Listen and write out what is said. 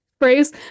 phrase